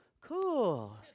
cool